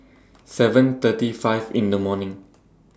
seven thirty five in The morning